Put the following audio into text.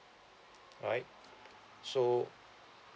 right so